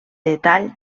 detall